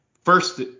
first